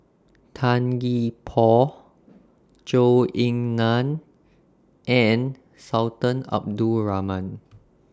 Tan Gee Paw Zhou Ying NAN and Sultan Abdul Rahman